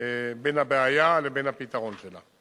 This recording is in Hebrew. בין הבעיה לבין הפתרון שלה.